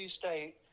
state